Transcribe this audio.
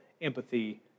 empathy